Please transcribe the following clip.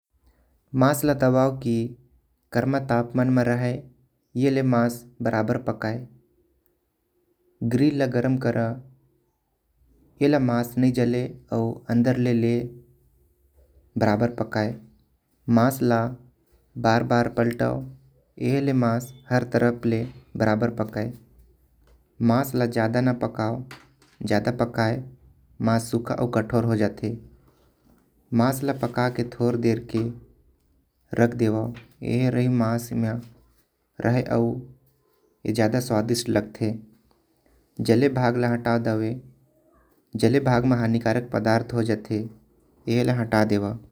मसलताओं की गर्म तापमान म रहे ले मास बराबर पकाएं। गिरि ल गरम करा ऐला मास नई जले आऊ अन्दर लेले बराबर पकाए। मास ल बार बार पलटाओ एह ले मास हर तरफ ले बराबर पकाए। मास ल ज्यादा न पकाओ ज्यादा पकाए मास सुखा आऊ कठोर हो जाते। मास ल पका के थोड़ा देर ले रख देव एह रहो मास म रहे आऊ। ए ज्यादा स्वादिष्ट लगते जले भाग ल हटा देवे जले। भाग म हानि कारक पदार्थ हो जाते ए ल हटा देवों।